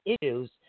issues